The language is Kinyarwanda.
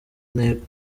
intego